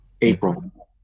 April